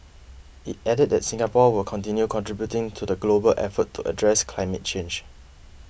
it added that Singapore will continue contributing to the global effort to address climate change